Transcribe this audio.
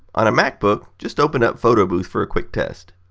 on a macbook just open up photobooth for a quick test.